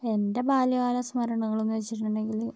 എൻ്റെ ബാല്യകാല സ്മരണകള് എന്ന് വെച്ചിട്ടുണ്ടെങ്കില്